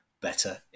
Better